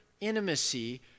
intimacy